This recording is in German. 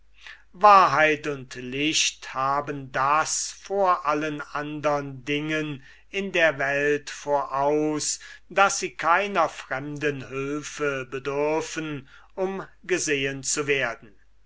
wahrheit und licht haben das vor allen andern dingen in der welt voraus daß sie keiner fremden hülfe bedürfen um gesehen zu werden